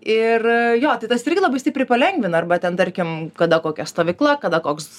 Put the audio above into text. ir jo tai tas irgi labai stipriai palengvina arba ten tarkim kada kokia stovykla kada koks